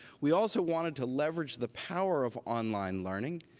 we also wanted to leverage the power of online learning,